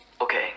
Okay